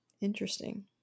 interesting